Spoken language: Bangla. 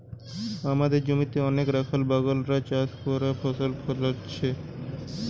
আমদের জমিতে অনেক রাখাল বাগাল রা চাষ করে ফসল ফোলাইতেছে